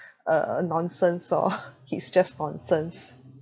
a nonsense orh he's just nonsense